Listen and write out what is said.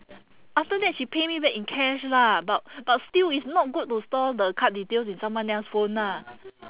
after that she pay me back in cash lah but but still it's not good to store the card details in someone else phone lah